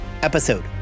Episode